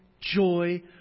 joy